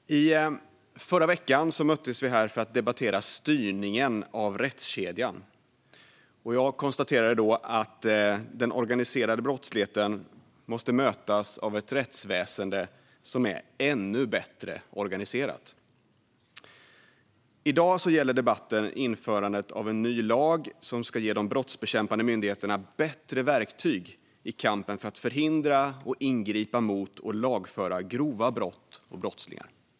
Fru talman! I förra veckan möttes vi här för att debattera styrningen av rättskedjan. Jag konstaterade då att den organiserade brottsligheten måste mötas av ett rättsväsen som är ännu bättre organiserat. I dag gäller debatten införandet av en ny lag som ska ge de brottsbekämpande myndigheterna bättre verktyg i kampen för att förhindra, ingripa mot och lagföra grova brott och brottslingar.